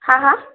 হা হা